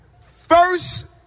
First